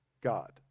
God